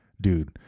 Dude